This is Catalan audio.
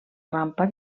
rampa